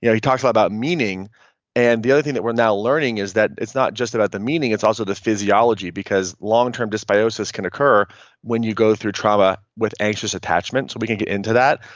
yeah he talks about about meaning and the other thing that we're now learning is that it's not just about the meaning, it's also the physiology because long-term dysbiosis can occur when you go through trauma with anxious attachment. so we can get into that.